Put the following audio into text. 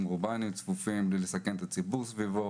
אורבניים צפופים מבלי לסכן את הציבור שמסביב.